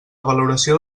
valoració